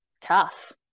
tough